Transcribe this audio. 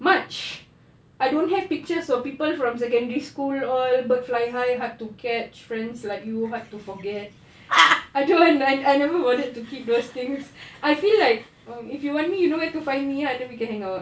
much I don't have pictures of people from secondary school all bird fly high hard to catch friends like you hard to forget I don't I I never bothered to keep those things I feel like um if you want me you know where to find me ah then we can hang out